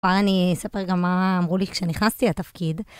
כבר אני אספר גם מה אמרו לי כשנכנסתי לתפקיד.